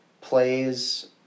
plays